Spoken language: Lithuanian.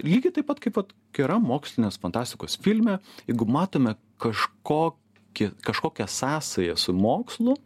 lygiai taip pat kaip vat geram mokslinės fantastikos filme jeigu matome kažkokį kažkokią sąsają su mokslu